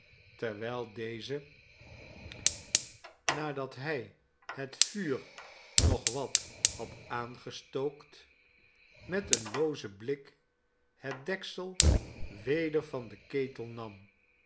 terwijl deze nadat hij het vuur nog wat had aangestookt met een loozen blik het deksel weder van den ketel nam